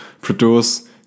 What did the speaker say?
produce